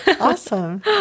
awesome